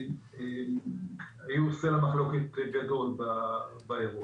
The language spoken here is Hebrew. והיו סלע מחלוקת גדול באירוע.